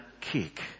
kick